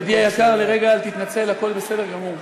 ידידי היקר, לרגע אל תתנצל, הכול בסדר גמור.